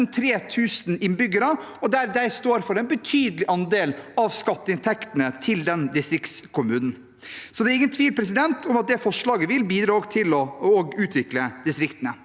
3 000 innbyggere, og som står for en betydelig andel av skatteinntektene til denne distriktskommunen. Så det er ingen tvil om at dette forslaget også vil bidra til å utvikle distriktene.